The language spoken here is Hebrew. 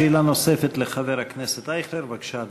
שאלה נוספת לחבר הכנסת אייכלר, בבקשה.